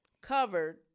covered